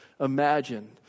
imagine